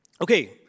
Okay